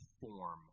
form